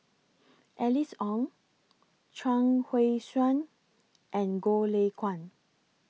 Alice Ong Chuang Hui Tsuan and Goh Lay Kuan